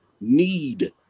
need